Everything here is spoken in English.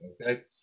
Okay